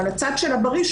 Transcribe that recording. על הצד של הבריא,